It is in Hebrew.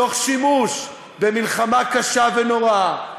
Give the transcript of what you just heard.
תוך שימוש במלחמה קשה ונוראה,